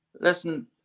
listen